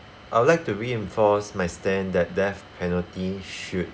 I would like to reinforce my stand that death penalty should